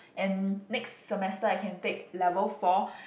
and next semester I can take level four